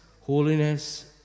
holiness